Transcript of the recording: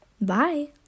bye